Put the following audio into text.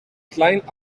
klein